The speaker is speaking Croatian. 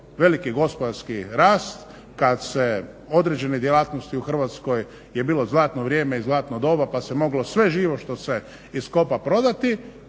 veliki gospodarski rast, kad se određene djelatnosti u Hrvatskoj je bilo zlatno vrijeme i zlatno doba pa se moglo sve živo što se iskopa prodati,